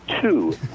two